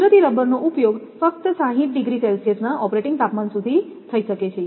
કુદરતી રબરનો ઉપયોગ ફક્ત સેલ્સિયસના ઓપરેટીંગ તાપમાન સુધી થઈ શકે છે